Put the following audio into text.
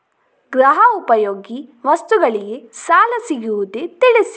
ಗೃಹ ಉಪಯೋಗಿ ವಸ್ತುಗಳಿಗೆ ಸಾಲ ಸಿಗುವುದೇ ತಿಳಿಸಿ?